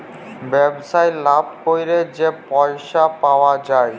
ব্যবসায় লাভ ক্যইরে যে পইসা পাউয়া যায়